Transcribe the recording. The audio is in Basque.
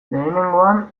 lehenengoan